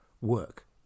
work